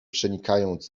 przenikając